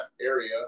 area